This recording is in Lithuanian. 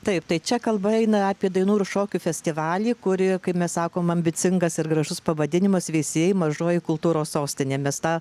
taip tai čia kalba eina apie dainų ir šokių festivalį kurį kaip mes sakom ambicingas ir gražus pavadinimas veisiejai mažoji kultūros sostinė mes tą